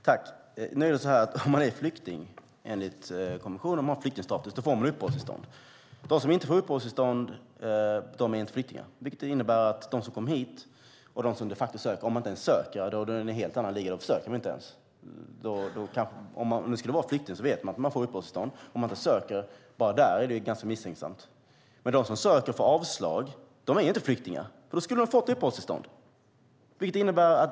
Fru talman! Om man är flykting enligt konventionen om flyktingstatus får man uppehållstillstånd. De som inte får uppehållstillstånd är inte flyktingar. Om de inte ens söker är de i en helt annan liga. De försöker inte ens. Om man är flykting vet man att man får uppehållstillstånd. Om man inte söker är det misstänksamt. Men om de som söker får avslag är de inte flyktingar. Då skulle de ha fått uppehållstillstånd.